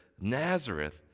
Nazareth